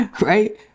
right